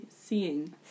seeing